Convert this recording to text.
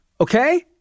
okay